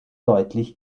deutlich